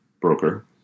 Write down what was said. broker